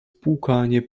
płukanie